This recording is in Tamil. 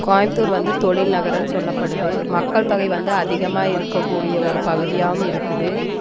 கோயம்புத்தூர் வந்து தொழில் நகரம்னு சொல்லப்படுது மக்கள்தொகை வந்து அதிகமாக இருக்ககூடிய ஒரு பகுதியாகவும் இருக்குது